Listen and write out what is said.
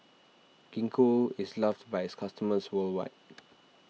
Gingko is loved by its customers worldwide